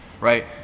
right